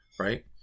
Right